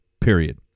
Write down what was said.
period